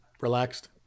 relaxed